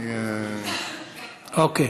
אוקיי.